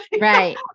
Right